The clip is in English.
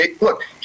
Look